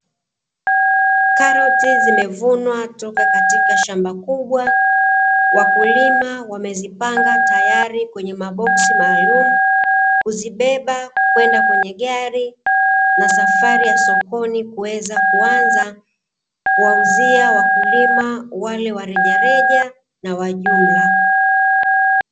Karoti zimevunwa kutoka katika shamba kubwa, wakulima wamezipanga tayari kwenye maboksi maalumu, kuzibeba kwenda kwenye gari na safari ya sokoni kuweza kuanza, kuwauzia wakulima wale wa rejareja na wale wa jumla.